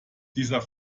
dieser